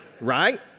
right